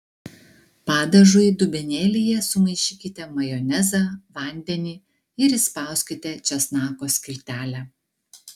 padažui dubenėlyje sumaišykite majonezą vandenį ir įspauskite česnako skiltelę